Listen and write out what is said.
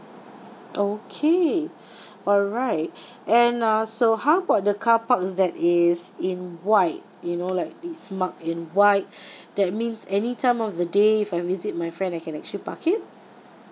okay all right and uh so how about the car parks that is in white you know like it's marked in white that means any time of the day if I visit my friend I can actually park it